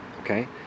okay